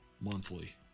monthly